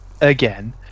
again